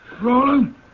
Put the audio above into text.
Roland